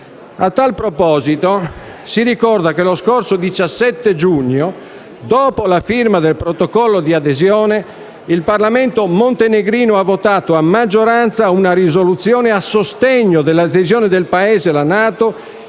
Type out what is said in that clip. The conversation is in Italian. A tal proposito si ricorda che lo scorso 17 giugno, dopo la firma del Protocollo di adesione, il Parlamento montenegrino ha votato a maggioranza una risoluzione a sostegno dell'adesione del Paese alla NATO,